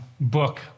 book